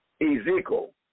Ezekiel